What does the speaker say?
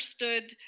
understood